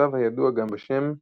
מצב הידוע גם בשם היפוקסיה.